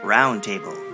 Roundtable